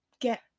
Get